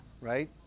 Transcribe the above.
right